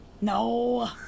No